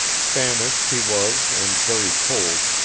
famished he was and very cold,